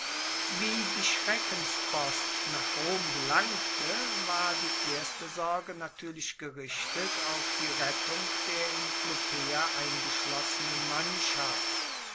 wie die schreckenspost nach rom gelangte war die erste sorge natuerlich gerichtet auf die rettung der in clupea eingeschlossenen mannschaft